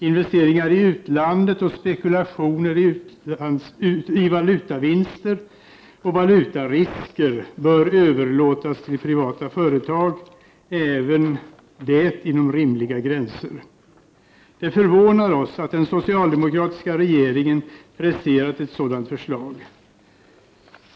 Investeringar i utlandet och spekulationer i valutavinster med tillhörande risker bör överlåtas till privata företag, även det inom rimliga gränser. Det förvånar oss att den socialdemokratiska regeringen presterar ett sådant här förslag.